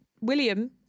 William